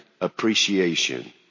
appreciation